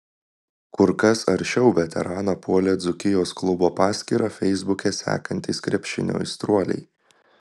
kur kas aršiau veteraną puolė dzūkijos klubo paskyrą feisbuke sekantys krepšinio aistruoliai